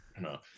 no